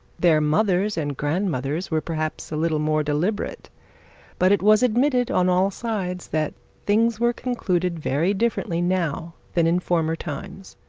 their mothers and grandmothers were perhaps a little more deliberate but, it was admitted on all sides that things were conducted very differently now that in former times.